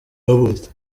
yavutse